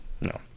No